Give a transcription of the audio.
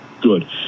good